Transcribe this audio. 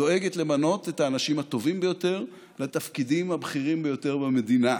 דואגת למנות את האנשים הטובים ביותר לתפקידים הבכירים ביותר במדינה.